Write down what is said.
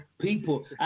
people